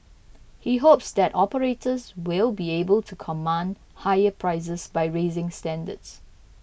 he hopes that operators will be able to command higher prices by raising standards